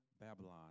Babylon